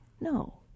No